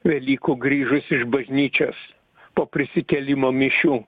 velykų grįžus iš bažnyčios po prisikėlimo mišių